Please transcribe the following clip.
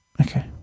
okay